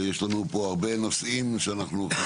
ויש לנו פה הרבה נושאים שאנחנו,